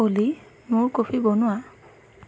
অ'লি মোৰ ক'ফি বনোৱা